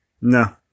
No